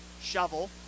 shovel